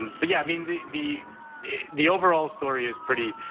um but yeah, i mean the the the overall story it's pretty